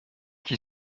qui